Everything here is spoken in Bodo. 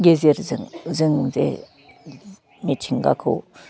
गेजेरजों जों जे मिथिंगाखौ